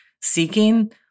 seeking